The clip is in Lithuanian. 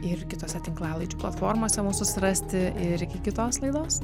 ir kitose tinklalaidžių platformose mus surasti ir iki kitos laidos